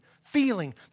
feeling